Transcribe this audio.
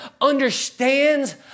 understands